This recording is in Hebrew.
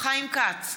חיים כץ,